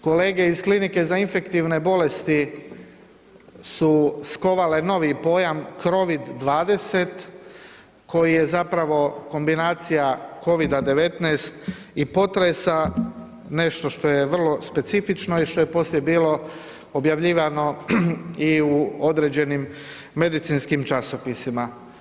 Kolege iz Klinike za infektivne bolesti su skovale novi pojam Crovid 20, koji je zapravo kombinacija Covida-19 i potresa, nešto što je vrlo specifično i što je poslije bilo objavljivano i u određenim medicinskim časopisima.